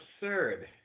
absurd